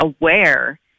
aware